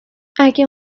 اگه